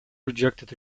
rejected